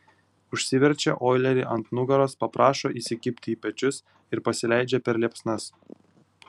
užsiverčia oilerį ant nugaros paprašo įsikibti į pečius ir pasileidžia per liepsnas